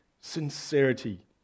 sincerity